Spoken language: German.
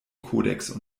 codecs